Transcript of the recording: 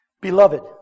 Beloved